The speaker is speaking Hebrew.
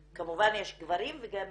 כמובן יש גברים ויש נשים.